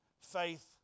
Faith